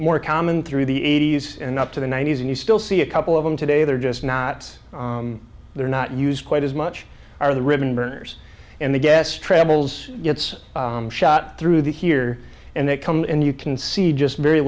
more common through the eighty's and up to the ninety's and you still see a couple of them today they're just not they're not used quite as much are the ribbon burners and the gas travels it's shot through the here and they come in you can see just very